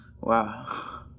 wow